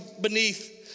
beneath